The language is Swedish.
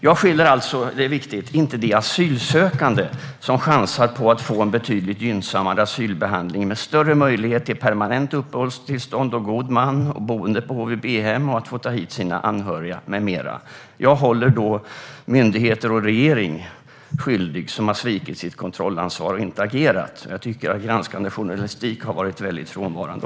Jag skyller alltså inte på de asylsökande som chansar på att få en betydligt gynnsammare asylbehandling med större möjlighet till permanent uppehållstillstånd, god man, boende på HVB-hem och att få ta hit sina anhöriga med mera. Jag håller myndigheter och regeringen ansvariga, som har svikit sitt kontrollansvar och inte agerat. Jag tycker också att granskande journalistik har varit väldigt frånvarande.